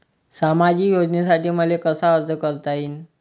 सामाजिक योजनेसाठी मले कसा अर्ज करता येईन?